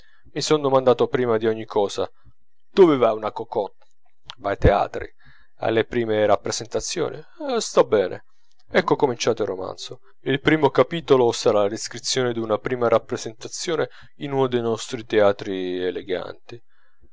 mi son domandato prima di ogni cosa dove va una cocotte va ai teatri alle prime rappresentazioni sta bene ecco cominciato il romanzo il primo capitolo sarà la descrizione d'una prima rappresentazione in uno dei nostri teatri eleganti